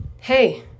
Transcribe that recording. Hey